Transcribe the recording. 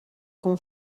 com